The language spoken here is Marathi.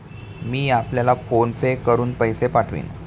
मी आपल्याला फोन पे वरुन पैसे पाठवीन